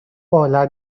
paula